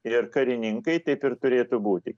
ir karininkai taip ir turėtų būti